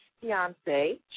fiance